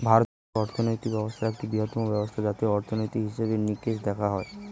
ভারতীয় অর্থনৈতিক ব্যবস্থা একটি বৃহত্তম ব্যবস্থা যাতে অর্থনীতির হিসেবে নিকেশ দেখা হয়